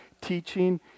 teaching